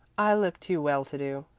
i look too well-to-do.